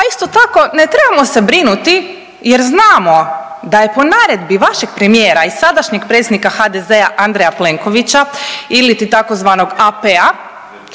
A isto tako ne trebamo se brinuti jer znamo da je po naredbi vašeg premijera i sadašnjeg predsjednika HDZ-a Andreja Plenkovića iliti tzv. AP